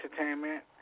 Entertainment